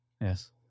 Yes